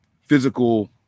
physical